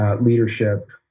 Leadership